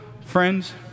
friends